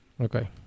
Okay